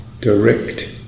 direct